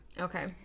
Okay